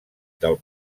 del